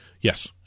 Yes